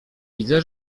widzę